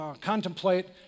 contemplate